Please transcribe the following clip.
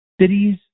cities